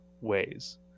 ways